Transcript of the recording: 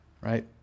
right